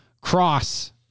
cross